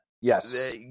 Yes